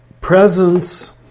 Presence